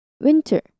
winter